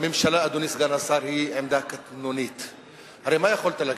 אדוני סגן השר, העמדה של הממשלה היא עמדה קטנונית.